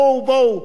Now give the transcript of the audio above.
בואו, בואו.